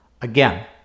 again